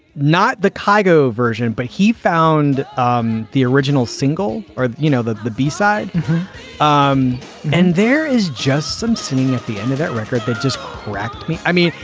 not the cargo version, but he found um the original single ah, you know, the the b-side um and there is just some singing at the end of that record that just correct me. i mean,